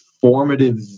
formative